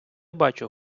бачу